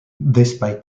despite